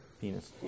penis